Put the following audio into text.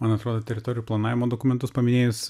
man atrodo teritorijų planavimo dokumentus paminėjus